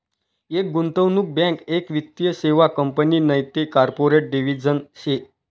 एक गुंतवणूक बँक एक वित्तीय सेवा कंपनी नैते कॉर्पोरेट डिव्हिजन शे